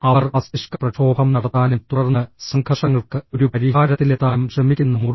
അവർ മസ്തിഷ്കപ്രക്ഷോഭം നടത്താനും തുടർന്ന് സംഘർഷങ്ങൾക്ക് ഒരു പരിഹാരത്തിലെത്താനും ശ്രമിക്കുന്ന മുറി